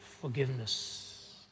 forgiveness